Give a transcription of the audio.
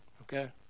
okay